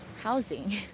housing